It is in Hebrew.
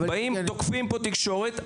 באים ותוקפים פה את התקשורת,